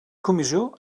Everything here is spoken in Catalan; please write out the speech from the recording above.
comissió